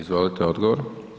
Izvolite odgovor.